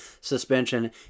suspension